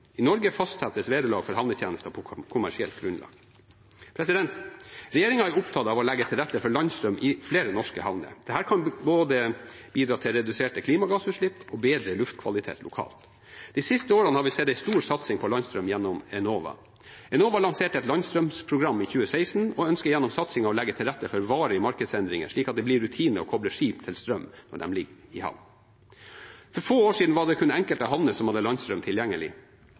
I Norge fastsettes vederlag for havnetjenester på kommersielt grunnlag. Regjeringen er opptatt av å legge til rette for landstrøm i flere norske havner. Dette kan bidra til både reduserte klimagassutslipp og bedre luftkvalitet lokalt. De siste årene har vi sett en stor satsing på landstrøm gjennom Enova. Enova lanserte et landstrømprogram i 2016 og ønsker gjennom satsingen å legge til rette for varige markedsendringer, slik at det blir rutine å koble skip til strøm når de ligger i havn. For få år siden var det kun enkelte havner som hadde landstrøm tilgjengelig.